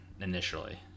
initially